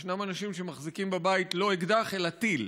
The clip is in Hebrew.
ישנם אנשים שמחזיקים בבית לא אקדח אלא טיל,